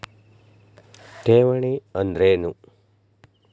ಠೇವಣಿ ಅಂದ್ರೇನು?